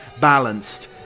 balanced